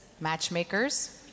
matchmakers